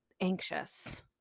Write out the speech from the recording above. anxious